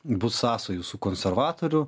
bus sąsajų su konservatorių